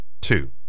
two